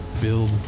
Build